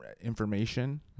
information